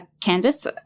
canvas